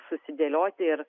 susidėlioti ir